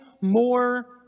more